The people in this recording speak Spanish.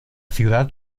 ciudad